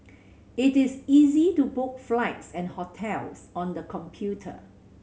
it is easy to book flights and hotels on the computer